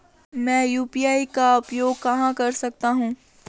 मैं यू.पी.आई का उपयोग कहां कर सकता हूं?